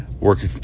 working